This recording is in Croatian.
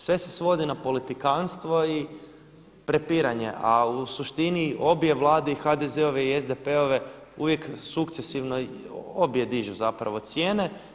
Sve se svodi na politikantstvo i prepiranje, a u suštini obje Vlade i HDZ-ove i SDP-ove uvijek sukcesivno obje dižu zapravo cijene.